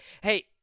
Hey